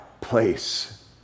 place